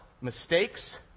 mistakes